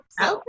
okay